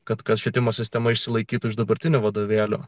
kad švietimo sistema išsilaikytų iš dabartinių vadovėlių